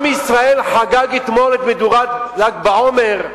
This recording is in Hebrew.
עם ישראל חגג אתמול את מדורת ל"ג בעומר,